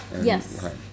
Yes